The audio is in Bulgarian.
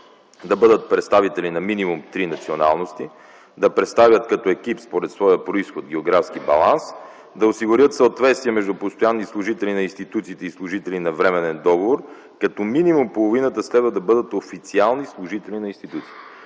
да бъдат представители на минимум три националности; - да представляват като екип според своя произход - географски баланс; - да осигурят съответствие между постоянни служители на институциите и служители на временен договор, като минимум половината следва да бъдат официални служители на институциите;